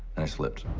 and i slipped.